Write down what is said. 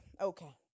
okay